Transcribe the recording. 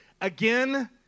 again